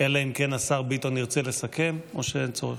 אלא אם כן השר ביטון ירצה לסכם, או שאין צורך?